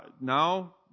now